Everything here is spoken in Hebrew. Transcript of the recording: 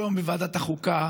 היום בוועדת החוקה